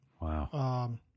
Wow